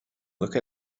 look